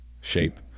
shape